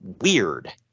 weird